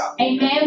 Amen